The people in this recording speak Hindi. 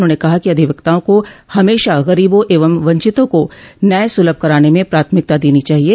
उन्होंने कहा कि अधिवक्ताओं को हमेशा गरीबों एवं वंचितों को न्याय सुलभ कराने में प्राथमिकता देनी चाहिये